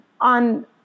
on